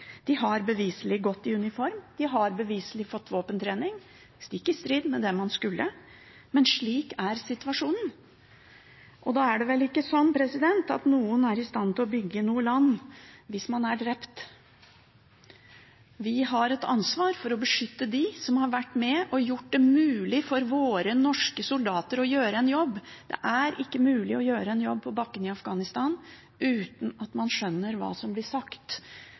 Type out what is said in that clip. De har beviselig gått i uniform, de har beviselig fått våpentrening, stikk i strid med det man skulle, men slik er situasjonen. Og det er vel ikke sånn at noen er i stand til å bygge noe land hvis man er drept. Vi har et ansvar for å beskytte dem som har vært med og gjort det mulig for våre norske soldater å gjøre en jobb. Det er ikke mulig å gjøre en jobb på bakken i Afghanistan uten at man skjønner hva som blir sagt.